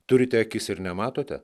turite akis ir nematote